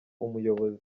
umuyobozi